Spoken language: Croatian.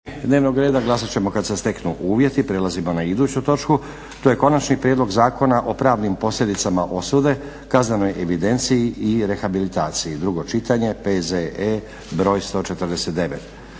**Stazić, Nenad (SDP)** Prelazimo na iduću točku. To je - Konačni prijedlog zakona o pravnim posljedicama osude, kaznenoj evidenciji i rehabilitaciji, drugo čitanje, PZE br. 149